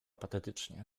patetycznie